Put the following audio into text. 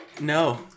No